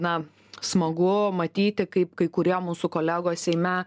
na smagu matyti kaip kai kurie mūsų kolegos seime